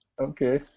Okay